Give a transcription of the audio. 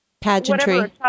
pageantry